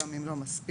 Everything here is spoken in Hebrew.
גם אם לא מספיק.